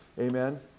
Amen